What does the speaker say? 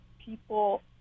people